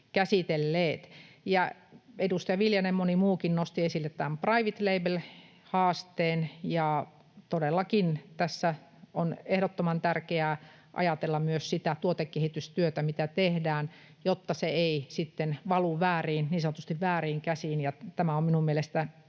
käsitelleet. Edustaja Viljanen, ja moni muukin, nosti esille tämän private label -haasteen. Todellakin tässä on ehdottoman tärkeää ajatella myös sitä tuotekehitystyötä, mitä tehdään, jotta se ei sitten valu niin sanotusti vääriin käsiin. Tämä on minun mielestäni